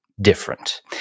different